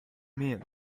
mean